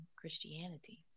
christianity